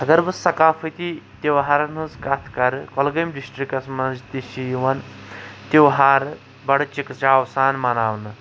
اگر بہٕ ثقافتی تہوارن ہٕنٛز کتھ کَرٕ کُلگام ڈسٹرکس منٛز تہِ چھِ یوان تہوار بڈٕ چِکہٕ چٲو سان مناونہٕ